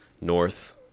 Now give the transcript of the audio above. North